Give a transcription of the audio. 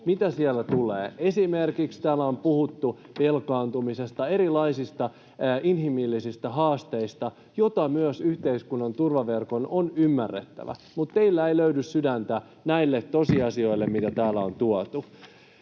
mitä siellä tulee. Täällä on esimerkiksi puhuttu velkaantumisesta, erilaisista inhimillisistä haasteista, joita myös yhteiskunnan turvaverkon on ymmärrettävä, mutta teillä ei löydy sydäntä näille tosiasioille, mitä täällä on tuotu.